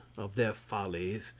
of their follies,